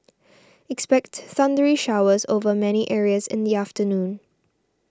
expect thundery showers over many areas in the afternoon